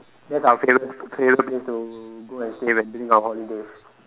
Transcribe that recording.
that's our favourite favourite place to go and stay when during our holidays